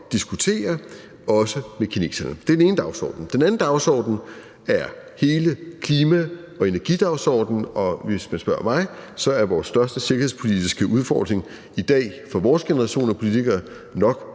diskutere også med kineserne. Det er den ene dagsorden. Den anden dagsorden er hele klima- og energidagsordenen. Og hvis man spørger mig, er vores største sikkerhedspolitiske udfordring i dag for vores generation af politikere nok